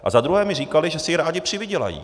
A za druhé mi říkali, že si i rádi přivydělají.